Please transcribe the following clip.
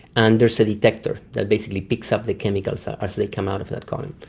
and there's a detector that basically picks up the chemicals as they come out of that column.